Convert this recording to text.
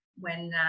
when-